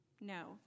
no